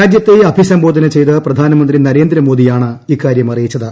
രാജ്യത്തെ അഭിസംബോധന ചെയ്ത് പ്രധാനമന്ത്രി നരേന്ദ്രമോദി ആണ് ഇക്കാര്യം അറിയിച്ചത്